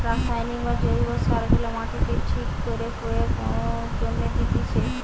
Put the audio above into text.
রাসায়নিক বা জৈব সার গুলা মাটিতে ঠিক করে প্রয়োগের জন্যে দিতেছে